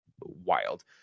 wild